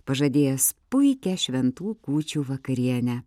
pažadėjęs puikią šventų kūčių vakarienę